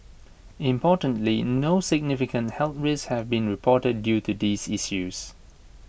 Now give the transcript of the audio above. importantly no significant health risks have been reported due to these issues